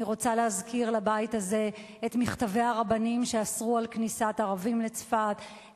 אני רוצה להזכיר לבית הזה את מכתבי הרבנים שאסרו כניסת ערבים לצפת,